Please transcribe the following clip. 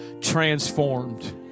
transformed